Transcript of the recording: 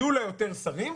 יהיו לה יותר שרים,